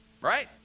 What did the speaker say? Right